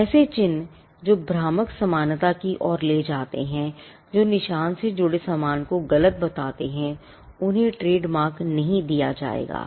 ऐसे चिह्न जो भ्रामक समानता की ओर ले जाते हैं जो निशान से जुड़े सामान को गलत बताते हैं उन्हें ट्रेडमार्क नहीं दिया जाएगा